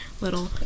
little